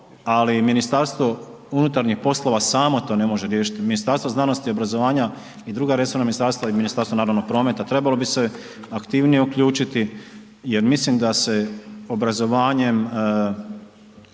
pozdraviti ovo ali MUP samo to ne može riješiti. Ministarstvo znanosti i obrazovanja i druga resorna ministarstva i Ministarstvo naravno prometa, trebalo bi se aktivnije uključiti jer mislim da se obrazovanjem